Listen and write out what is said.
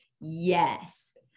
Yes